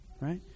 right